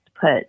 put